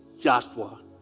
Joshua